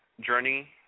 journey